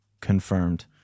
Confirmed